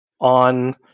on